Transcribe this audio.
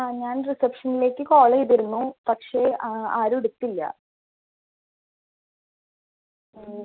ആ ഞാൻ റിസെപ്ഷനിലേക്ക് കോള് ചെയ്തിരുന്നു പക്ഷെ ആരും എടുത്തില്ല